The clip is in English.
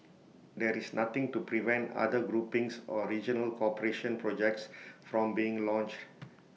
there is nothing to prevent other groupings or regional cooperation projects from being launched